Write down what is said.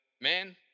man